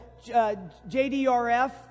JDRF